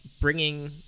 bringing